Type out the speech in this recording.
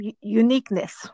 uniqueness